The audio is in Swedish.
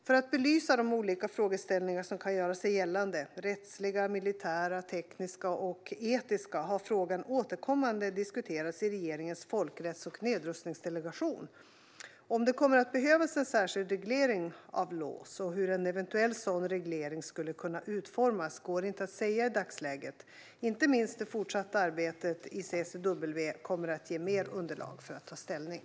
För att belysa de olika frågeställningar som kan göra sig gällande - rättsliga, militära, tekniska och etiska - har frågan återkommande diskuterats i regeringens folkrätts och nedrustningsdelegation. Om det kommer att behövas en särskild reglering av LAWS och hur en eventuell sådan reglering skulle kunna utformas går inte att säga i dagsläget. Inte minst det fortsatta arbetet i CCW kommer att ge mer underlag för att ta ställning.